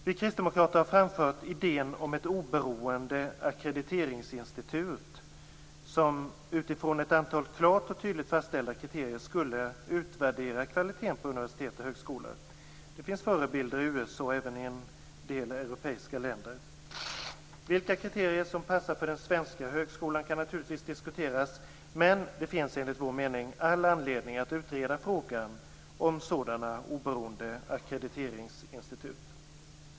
Vi kristdemokrater har framfört idén om ett oberoende ackrediteringsinstitut som utifrån ett antal klart och tydligt fastställda kriterier skall utvärdera kvaliteten på universitet och högskolor. Det finns förebilder i USA och även i en del europeiska länder. Vilka kriterier som passar för den svenska högskolan kan naturligtvis diskuteras, men det finns enligt vår mening all anledning att utreda frågan om sådana oberoende ackrediteringsinstitut.